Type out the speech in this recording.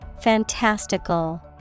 Fantastical